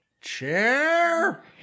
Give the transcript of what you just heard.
chair